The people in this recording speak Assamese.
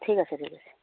ঠিক আছে ঠিক আছে